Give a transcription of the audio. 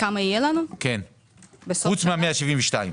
חוץ מה-172?